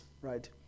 right